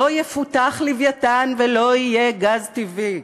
לא יפותח "לווייתן" ולא יהיה גז טבעי.